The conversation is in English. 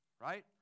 right